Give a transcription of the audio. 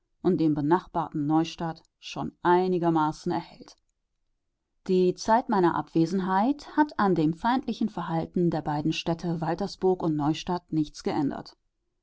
und dem benachbarten neustadt schon einigermaßen erhellt die zeit meiner abwesenheit hat an dem feindlichen verhalten der beiden städte waltersburg und neustadt nichts geändert